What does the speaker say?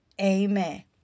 Amen